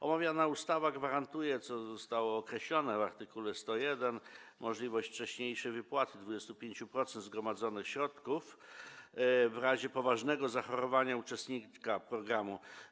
Omawiana ustawa gwarantuje, co zostało określone w art. 101, możliwość wcześniejszej wypłaty 25% zgromadzonych środków w razie poważnego zachorowania uczestnika programu.